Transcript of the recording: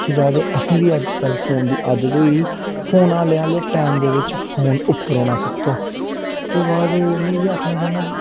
दिक्खे जा ते असें ई बी अज्जकल फोन दी आदत होई गेदी ऐ फोन आने आह्ले टैम दे बिच फोन उप्पर होना सब तो ओह्दे बाद मी इ'यै आखना चाह्न्नां कि